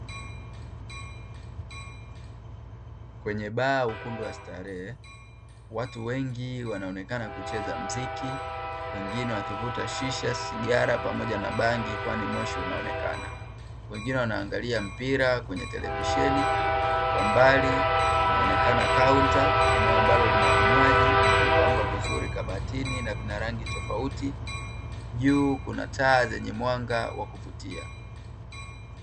Kwenye baa, ukumbi wa starehe watu wengi wanaonekana kucheza muziki, wengine wakivuta shisha, sigara, pamoja na bangi, kwani moshi unaonekana. Wengine wanaangalia mpira kwenye televisheni, kwa mbali kunaonekana kaunta; eneo ambalo lina vinywaji vilivyopangwa vizuri kabatini, na vina rangi tofauti. Juu kuna taa zenye mwanga wa kuvutia.